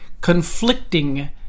conflicting